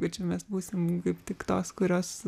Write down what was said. va čia mes būsim kaip tik tos kurios